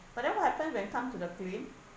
but then what happen when come to the claim